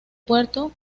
puerto